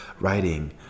writing